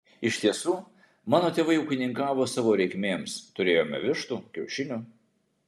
iš tiesų mano tėvai ūkininkavo savo reikmėms turėjome vištų kiaušinių